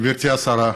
גברתי השרה,